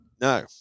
No